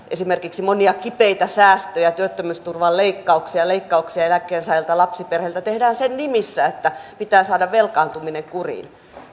esimerkiksi monia kipeitä säästöjä työttömyysturvan leikkauksia ja leikkauksia eläkkeensaajilta ja lapsiperheiltä tehdään sen nimissä että pitää saada velkaantuminen kuriin